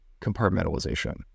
compartmentalization